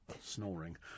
snoring